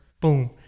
boom